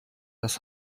das